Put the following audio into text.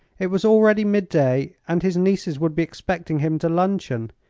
it was already midday, and his nieces would be expecting him to luncheon.